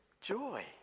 joy